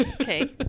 Okay